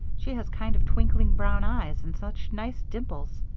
she has kind of twinkling brown eyes and such nice dimples.